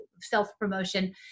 self-promotion